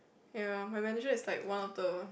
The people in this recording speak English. ya my manager is like one of the